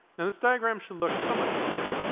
and this diagram should looks somewhat familiar.